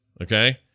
Okay